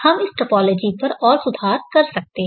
हम इस टोपोलॉजी पर और सुधार कर सकते हैं